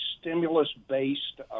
stimulus-based